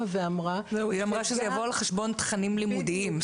ואמרה --- היא אמרה שזה יבוא על חשבון תכנים לימודיים.